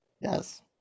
Yes